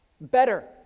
better